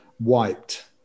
wiped